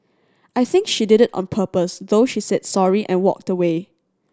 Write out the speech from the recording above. I think she did on purpose though she said sorry and walked away